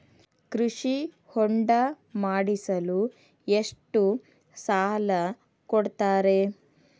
ಕೃಷಿ ಹೊಂಡ ಮಾಡಿಸಲು ಎಷ್ಟು ಸಾಲ ಕೊಡ್ತಾರೆ?